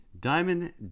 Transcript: Diamond